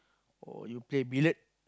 or you play billiard